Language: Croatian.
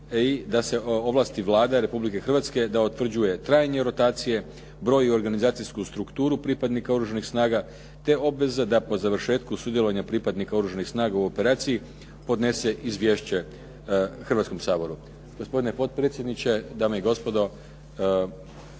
i da se ovlasti Vlada Republike Hrvatske da utvrđuje trajne rotacije, broj i organizacijsku strukturu pripadnika oružanih snaga te obveze da po završetku sudjelovanja pripadnika oružanih snaga u operaciji podnese izvješće Hrvatskom saboru. Gospodine potpredsjedniče, dame i gospodo.